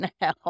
now